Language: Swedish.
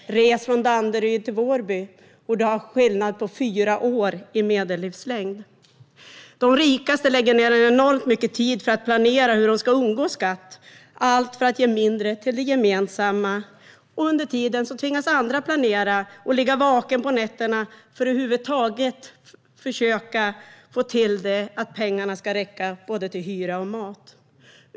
Res från Danderyd till Vårby, och det skiljer fyra år i medellivslängd. De rikaste lägger ned enormt mycket tid på att planera hur de ska undgå skatt, allt för att ge mindre till det gemensamma, medan andra tvingas ligga vakna på nätterna och planera för att försöka få pengarna att räcka till både hyra och mat.